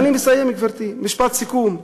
אני מסיים, גברתי, משפט סיכום.